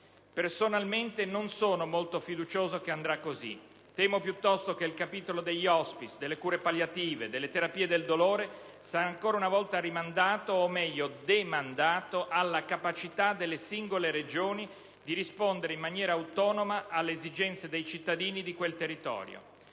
Personalmente non sono molto fiducioso che andrà così. Temo piuttosto che il capitolo degli *hospice*, delle cure palliative e delle terapie del dolore sarà ancora una volta rimandato o, meglio, demandato alla capacità delle singole Regioni di rispondere in maniera autonoma alle esigenze dei cittadini di quel territorio.